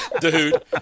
Dude